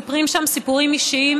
מספרים שם סיפורים אישיים.